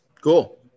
Cool